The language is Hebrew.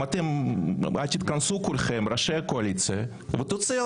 תתכנסו כולכם ראשי הקואליציה ותוציאו